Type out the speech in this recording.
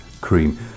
cream